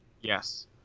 yes